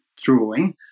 drawing